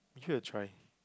give it a try